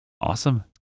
Awesome